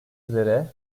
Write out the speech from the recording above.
üzere